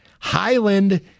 Highland